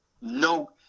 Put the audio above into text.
no